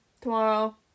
tomorrow